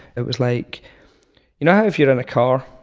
it was like you know if you're in a car,